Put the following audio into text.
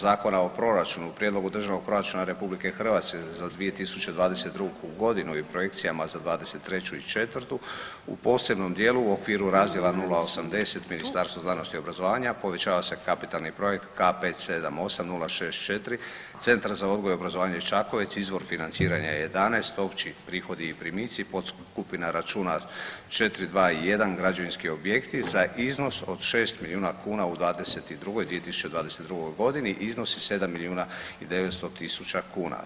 Zakona o proračunu, Prijedlogu Državnog proračuna Republike Hrvatske za 2022. godinu i projekcijama za 23. i 4. u posebnom dijelu u okviru razdjela 0.80 Ministarstvo znanosti i obrazovanja povećava se kapitalni projekt K578064 Centar za odgoj i obrazovanje Čakovec, izvor financiranja 11, opći prihodi i primici pod skupina računa 421 građevinski objekti za iznos od 6 milijuna kuna u 22., 2022. godini iznosi 7 milijuna i 900 tisuća kuna.